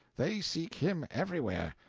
they seek him everywhere.